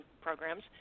programs